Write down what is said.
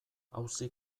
auzi